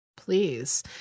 please